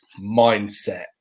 mindset